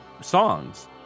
songs